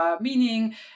meaning